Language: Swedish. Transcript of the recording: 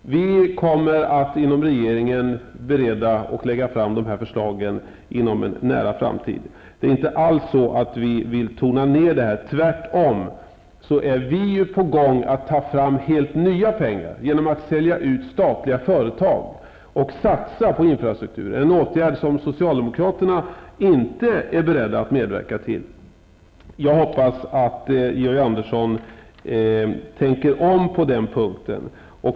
Vi kommer att bereda de förslagen inom regeringen och lägga fram dem inom en nära framtid. Det är inte alls så att vi vill tona ned infrastruktursatsningarna -- tvärtom. Vi håller på att ta fram helt nya pengar genom att sälja ut statliga företag och satsa på infrastrukturen, en åtgärd som socialdemokraterna inte är beredda att medverka till. Jag hoppas att Georg Andersson tänker om på den punkten.